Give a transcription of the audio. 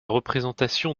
représentation